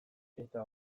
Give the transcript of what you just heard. eta